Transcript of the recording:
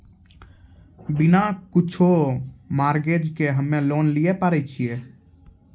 बिना कुछो मॉर्गेज के हम्मय लोन लिये पारे छियै?